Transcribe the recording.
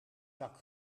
zak